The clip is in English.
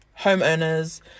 homeowners